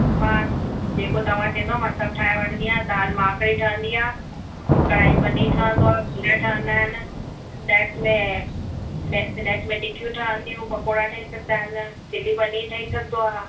मां जेको तव्हां चवंदव मां सभु ठाहे वठंदी आहियां दाल माखणी ठहंदी आहियां कढ़ाई पनीर ठहंदो आहे सीरा ठहंदा आहिनि स्नैक्स में स्नैक्स में टिकियूं ठहंदियूं पकौड़ा ठही सघंदा आहिनि चिली पनीर ठही सघंदो आहे